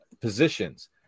positions